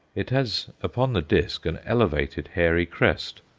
it has upon the disc an elevated, hairy crest,